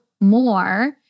more